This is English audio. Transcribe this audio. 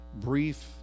brief